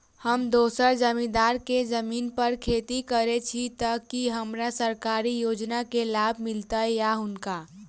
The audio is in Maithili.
हम दोसर जमींदार केँ जमीन पर खेती करै छी तऽ की हमरा सरकारी योजना केँ लाभ मीलतय या हुनका?